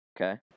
Okay